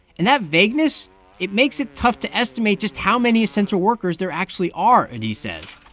and that vagueness it makes it tough to estimate just how many essential workers there actually are, adie says.